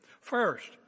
first